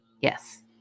Yes